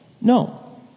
No